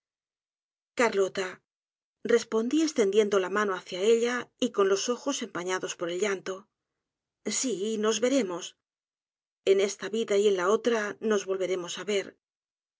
carlota respondí eslendiendo la mano hacia ella y con los ojos empañados por el llanto s i nos veremos en esta vida y en la otra nos volveremos á ver